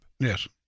Yes